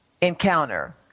encounter